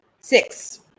Six